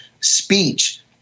speech